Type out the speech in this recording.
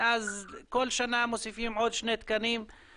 ואז כל שנה מוסיפים עוד שני תקנים,